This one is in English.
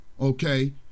okay